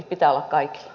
pitää olla kaikilla